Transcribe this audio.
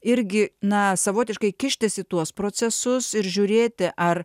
irgi na savotiškai kištis į tuos procesus ir žiūrėti ar